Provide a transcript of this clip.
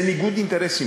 זה ניגוד אינטרסים.